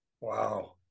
Wow